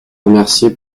remercier